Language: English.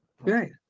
Right